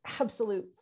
absolute